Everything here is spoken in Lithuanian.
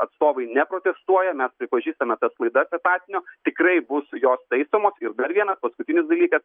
atstovai neprotestuoja mes pripažįstame tas klaidas etatinio tikrai bus jos taisomos ir dar vienas paskutinis dalykas